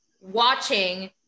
watching